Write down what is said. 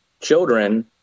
children